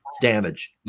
damage